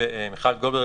שמיכל גולדברג,